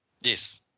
Yes